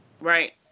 Right